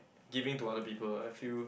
giving to other people I feel